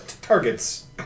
targets